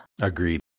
Agreed